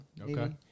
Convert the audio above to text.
Okay